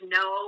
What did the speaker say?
no